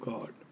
God।